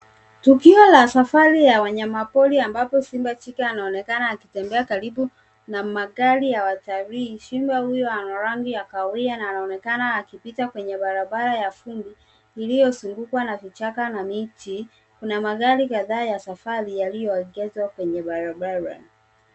Tukio la safari ya wanyama pori ambapo simba jike anaonekana akitembea karibu na magari ya watalii. Simba huyo ana rangi ya kahawia na anaonekana akipita kwenye barabara ya vumbi iliyozungukwa na vichaka na miti. Kuna magari kadhaa ya safari yaliyoegeshwa kwenye barabara.